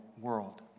world